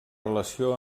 relació